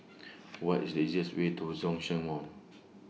What IS The easiest Way to Zhongshan Mall